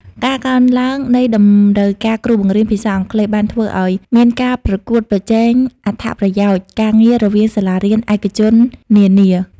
ការកើនឡើងនៃតម្រូវការគ្រូបង្រៀនភាសាអង់គ្លេស បានធ្វើឱ្យមានការប្រកួតប្រជែងអត្ថប្រយោជន៍ការងាររវាងសាលារៀនឯកជននានា។